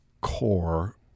core